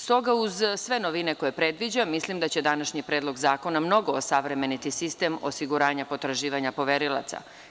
S toga, uz sve novine koje predviđa mislim da će današnji predlog zakona mnogo osavremeniti sistem osiguranja potraživanja poverilaca.